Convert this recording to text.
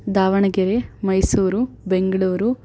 Davanagere Mysuru Bengaluru